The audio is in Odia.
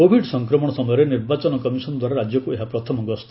କୋଭିଡ ସଂକ୍ରମଣ ସମୟରେ ନିର୍ବାଚନ କମିସନ ଦ୍ୱାରା ରାଜ୍ୟକୁ ଏହା ପ୍ରଥମ ଗସ୍ତ